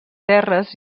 terres